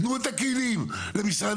ועליכם לתת את הכלים למשרד השיכון,